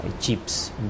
chips